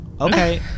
okay